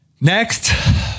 Next